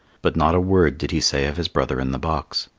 but not a word did he say of his brother in the box.